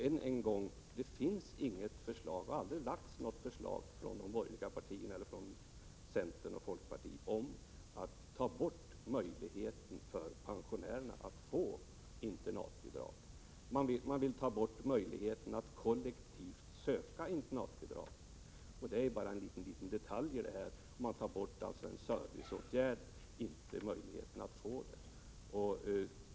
Än en gång: Det finns inget förslag och har aldrig lagts fram något förslag från centern och folkpartiet om avskaffande av pensionärernas möjlighet att få internatbidrag. Man vill avskaffa möjligheten till kollektiv ansökan om internatbidrag, men det är bara en liten detalj i detta sammanhang. Man vill ta bort en serviceåtgärd, inte pensionärernas möjlighet att få bidraget.